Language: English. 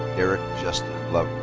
derek justin